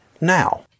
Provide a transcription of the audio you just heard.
now